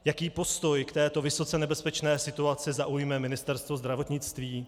Jaký postoj k této vysoce nebezpečné situaci zaujme Ministerstvo zdravotnictví?